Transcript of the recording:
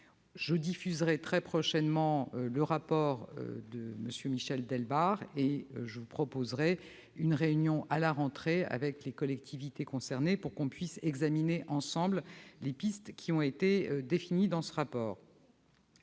je diffuserai très prochainement le rapport de M. Delebarre et je vous proposerai une réunion à la rentrée, avec les collectivités concernées, pour que nous puissions examiner ensemble les pistes définies dans ce rapport.